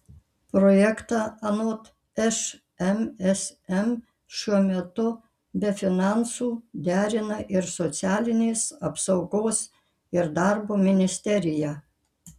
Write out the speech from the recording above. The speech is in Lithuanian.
projektą anot šmsm šiuo metu be finansų derina ir socialinės apsaugos ir darbo ministerija